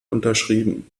unterschrieben